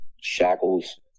shackles